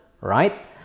right